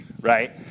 right